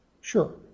Sure